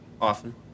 Often